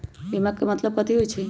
बीमा के मतलब कथी होई छई?